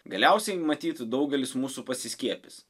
galiausiai matyt daugelis mūsų pasiskiepys